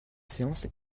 séance